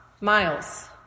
Miles